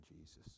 Jesus